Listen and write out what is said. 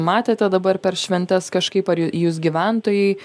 matėte dabar per šventes kažkaip ar ju jūs gyventojai